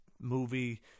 movie